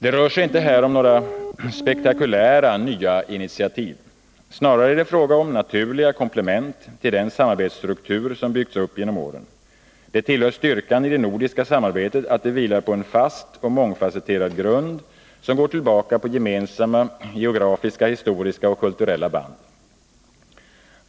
Det rör sig inte här om några spektakulära nya initiativ. Snarare är det fråga om naturliga komplement till den samarbetsstruktur som byggts upp genom åren. Det tillhör styrkan i det nordiska samarbetet att det vilar på en fast och mångfasetterad grund, som går tillbaka på gemensamma geografiska, historiska och kulturella band.